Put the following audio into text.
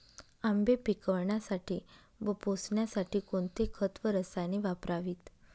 आंबे पिकवण्यासाठी व पोसण्यासाठी कोणते खत व रसायने वापरावीत?